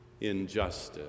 injustice